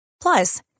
plus